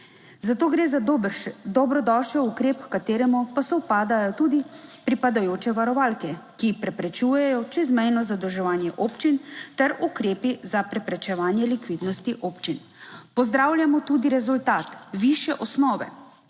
Zato gre za dobrodošel ukrep, h kateremu pa sovpadajo tudi pripadajoče varovalke, ki preprečujejo čezmejno zadolževanje občin ter ukrepi za preprečevanje likvidnosti občin. Pozdravljamo tudi rezultat višje osnove